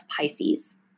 Pisces